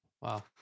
Wow